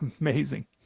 amazing